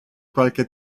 qualche